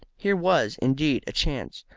here was, indeed, a chance.